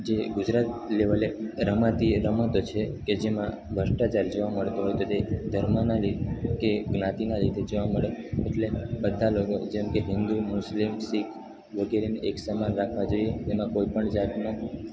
જે ગુજરાત લેવલે રમાતી રમતો છે કે જેમાં ભ્રષ્ટાચાર જોવા મળતો હોય તો તે ધર્મનાં લી કે જ્ઞાતિનાં લીધે જોવા મળે એટલે બધા લોકો જેમકે હિન્દુ મુસ્લિમ શીખ વગેરેને એક સમાન રાખવા જોઈએ એમાં કોઈપણ જાતનું